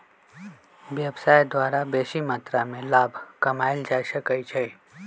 व्यवसाय द्वारा बेशी मत्रा में लाभ कमायल जा सकइ छै